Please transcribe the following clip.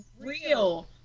real